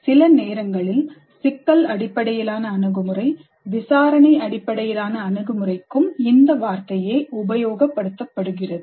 சில நேரங்களில் சிக்கல் அடிப்படையிலான அணுகுமுறை விசாரணை அடிப்படையிலான அணுகுமுறைக்கும் இந்த வார்த்தையே உபயோகப்படுத்தப்படுகிறது